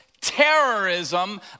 terrorism